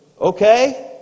Okay